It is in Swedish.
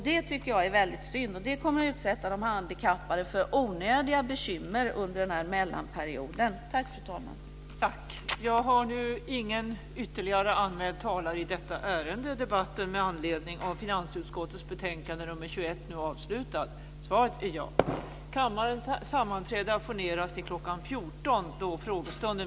Jag tycker att det är väldigt synd, och det kommer att utsätta de handikappade för onödiga bekymmer under mellanperioden.